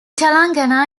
telangana